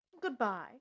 goodbye